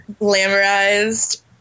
glamorized